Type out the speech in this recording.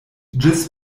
ĝis